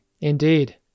Indeed